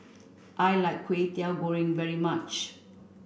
I like Kwetiau Goreng very much